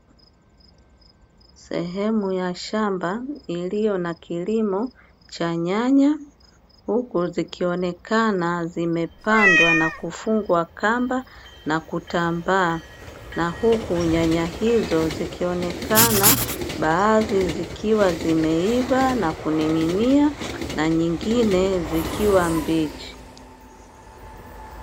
Sehemu ya shamba iliyo na kilimo cha nyanya huku zikionekana zimepandwa na kufungwa kamba na kutambaa; na huku nyanya hizo zikionekana baadhi zikiwa zimeiva na kuning'inia na nyingine zikiwa mbichi.